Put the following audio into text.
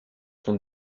sont